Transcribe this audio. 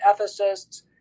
ethicists